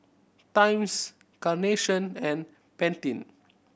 Times Carnation and Pantene